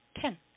Ten